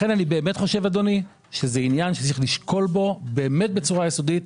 לכן אני באמת חושב אדוני שזה עניין שצריך לשקול אותו בצורה יסודית.